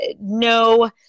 no